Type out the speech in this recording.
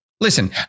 Listen